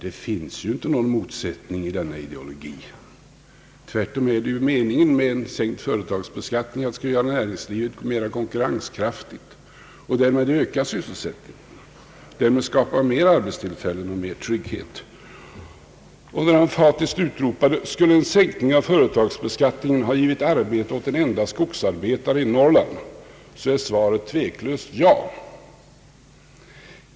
Det finns ju inte någon motsättning i denna ideologi. Tvärtom är ju meningen med en sänkt företagsbeskattning att man skall göra näringslivet mera konkurrenskraftigt och därmed öka sysselsättningen samt skapa fier arbetstillfällen och mer trygghet. Och han frågade emfatiskt om en sänkning av företagsbeskattningen skulle ha gett arbete åt en enda skogsarbetare i Norrland. Svaret är tveklöst ja.